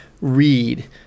read